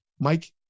Mike